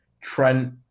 Trent